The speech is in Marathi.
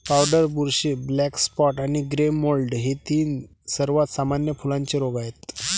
पावडर बुरशी, ब्लॅक स्पॉट आणि ग्रे मोल्ड हे तीन सर्वात सामान्य फुलांचे रोग आहेत